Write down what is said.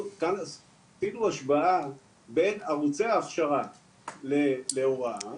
אנחנו כאן עשינו השוואה בין ערוצי ההכשרה להוראה,